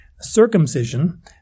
circumcision